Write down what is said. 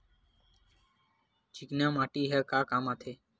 चिकना माटी ह का काम आथे?